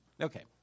Okay